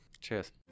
Cheers